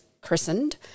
christened